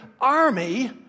army